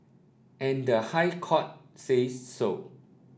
and the High Court says so